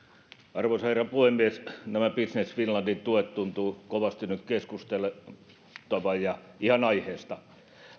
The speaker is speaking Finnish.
arvoisa herra puhemies nämä business finlandin tuet tuntuvat kovasti nyt keskusteluttavan ja ihan aiheesta